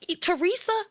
Teresa